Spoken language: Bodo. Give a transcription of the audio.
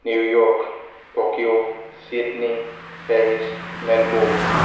new York Tokyo Sydney Paris Melbourne